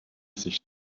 sich